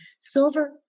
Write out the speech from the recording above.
Silver